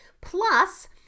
plus